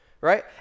right